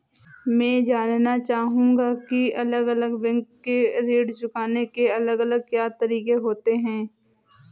मैं जानना चाहूंगा की अलग अलग बैंक के ऋण चुकाने के अलग अलग क्या तरीके होते हैं?